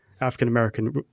African-American